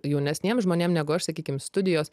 jaunesniem žmonėm negu aš sakykim studijos